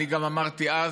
גם אמרתי אז,